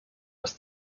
was